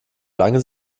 lange